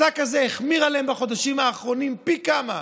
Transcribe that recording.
הפסק הזה החמיר עליהם בחודשים האחרונים פי כמה.